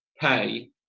pay